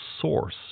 source